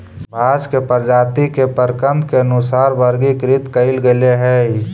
बांस के प्रजाती के प्रकन्द के अनुसार वर्गीकृत कईल गेले हई